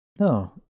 No